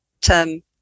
term